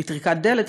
בטריקת דלת,